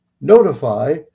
notify